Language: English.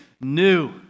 new